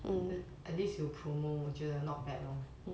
hmm at least 有 promo 我觉得 not bad lor